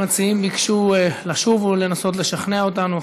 המציעים ביקשו לשוב ולנסות לשכנע אותנו,